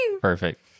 perfect